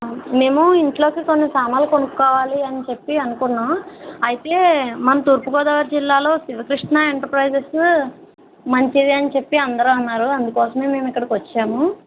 మేము ఇంట్లోకి కొన్ని సామాన్లు కొనుక్కోవాలి అని చెప్పి అనుకున్నాము అయితే మన తూర్పుగోదావరి జిల్లాలో శివకృష్ణ ఎంటర్ప్రైజెస్ మంచిదే అని చెప్పి అందరూ అన్నారు అందుకోసం నేను ఇక్కడికొచ్చాము